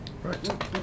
Right